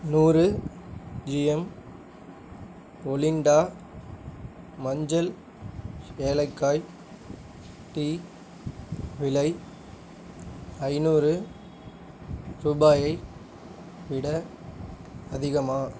நூறு GM Olinda மஞ்சள் ஏலக்காய் டீ விலை ஐந்நூறு ரூபாயை விட அதிகமா